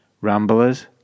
Ramblers